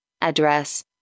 address